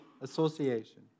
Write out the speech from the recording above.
association